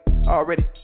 Already